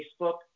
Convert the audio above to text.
Facebook